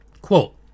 Quote